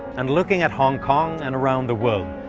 and looking at hong kong and around the world,